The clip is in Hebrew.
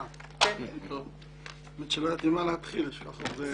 לא הייתי שם, אז